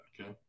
okay